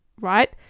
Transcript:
right